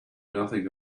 nothing